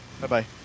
bye-bye